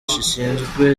zishinzwe